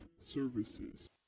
Services